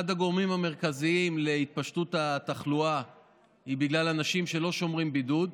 אחד הגורמים המרכזיים להתפשטות התחלואה הוא אנשים שלא שומרים בידוד,